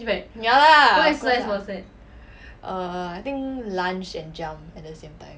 ya lah err I think lunge and jump at the same time